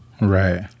right